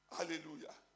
Hallelujah